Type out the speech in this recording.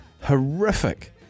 Horrific